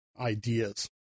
ideas